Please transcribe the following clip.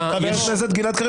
חבר הכנסת גלעד קריב,